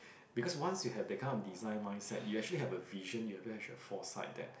because once you have that kind of design mindset you actually have a vision you even have a foresight that